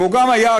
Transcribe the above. והוא גם היה,